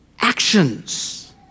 actions